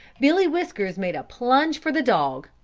billy whiskers made a plunge for the dog,